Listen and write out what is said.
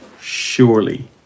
surely